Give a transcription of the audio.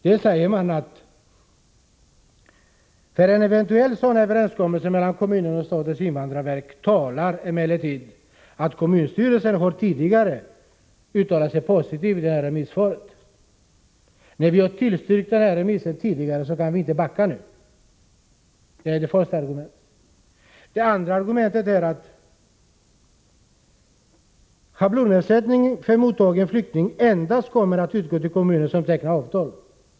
Där sägs att för en eventuell överenskommelse mellan kommunen och statens invandrarverk talar att kommunstyrelsen tidigare uttalat sig positivt i det aktuella remissvaret. Det är det första argumentet. Man menar att när man tillstyrkt förslagen tidigare, kan man inte ”backa” nu. Argument nr 2 är att schablonersättning för mottagen flykting endast kommer att utgå till kommuner som tecknat avtal.